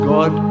God